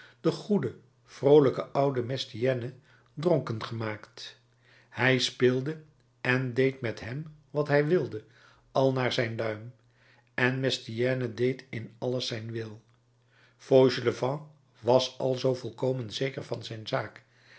den goeden vroolijken ouden mestienne dronken gemaakt hij speelde en deed met hem wat hij wilde al naar zijn luim en mestienne deed in alles zijn wil fauchelevent was alzoo volkomen zeker van zijn zaak